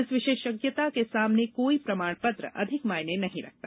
इस विशेषज्ञता के सामने कोई प्रमाण पत्र अधिक मायने नहीं रखता